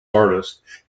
artist